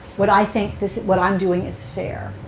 would i think that what i'm doing is fair?